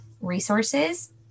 resources